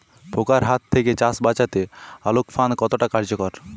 পোকার হাত থেকে চাষ বাচাতে আলোক ফাঁদ কতটা কার্যকর?